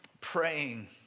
praying